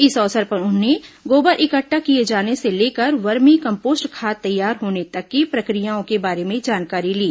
इस अवसर पर उन्होंने गोबर इकट्ठा किए जाने से लेकर वर्मी कम्पोस्ट खाद तैयार होने तक की प्रक्रियाओं के बारे में जानकारी ली